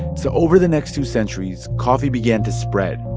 so over the next two centuries, coffee began to spread.